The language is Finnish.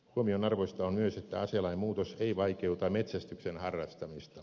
huomionarvoista on myös että aselain muutos ei vaikeuta metsästyksen harrastamista